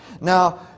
Now